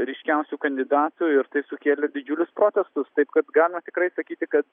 ryškiausių kandidatų ir tai sukėlė didžiulius protestus taip kad galima tikrai sakyti kad